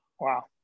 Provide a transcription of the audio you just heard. Wow